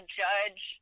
judge